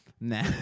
nah